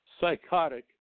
psychotic